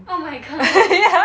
oh my god